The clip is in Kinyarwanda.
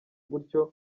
gutyo